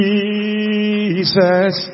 Jesus